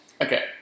Okay